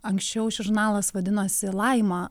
anksčiau šis žurnalas vadinosi laima